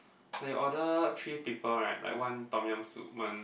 like you order three people right like one Tom-yum soup one